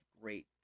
Great